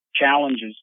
challenges